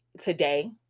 today